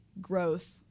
growth